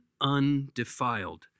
undefiled